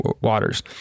waters